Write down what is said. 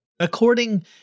According